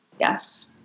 Yes